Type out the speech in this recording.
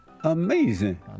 Amazing